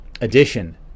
addition